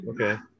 Okay